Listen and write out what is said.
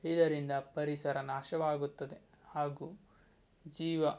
ಇದರಿಂದ ಪರಿಸರ ನಾಶವಾಗುತ್ತದೆ ಹಾಗೂ ಜೀವ